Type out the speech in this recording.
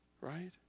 Right